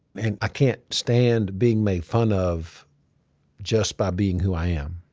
and i can't stand being made fun of just by being who i am,